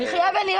נחייה ונראה,